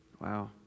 Wow